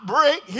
break